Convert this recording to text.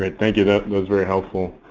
ah thank you. that was very helpful.